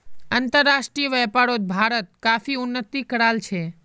अंतर्राष्ट्रीय व्यापारोत भारत काफी उन्नति कराल छे